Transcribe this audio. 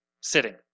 Sitting